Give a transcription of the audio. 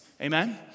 Amen